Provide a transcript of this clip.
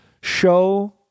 show